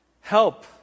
help